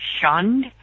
shunned